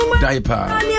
Diaper